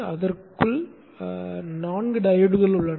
அதற்குள் நான்கு டையோட்கள் உள்ளன